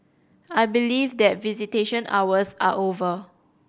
I believe that visitation hours are over